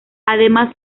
además